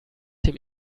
dem